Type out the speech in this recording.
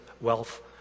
wealth